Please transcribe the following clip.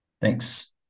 Thanks